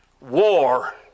war